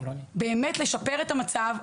באמת לשפר את המצב,